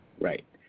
Right